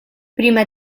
prima